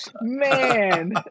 Man